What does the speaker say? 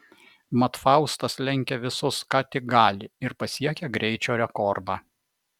mat faustas lenkia visus ką tik gali ir pasiekia greičio rekordą